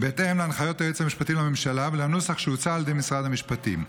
בהתאם להנחיות היועץ המשפטי לממשלה ולנוסח שהוצע על ידי משרד המשפטים.